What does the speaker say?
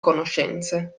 conoscenze